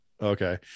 okay